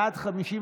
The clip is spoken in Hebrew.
בעד,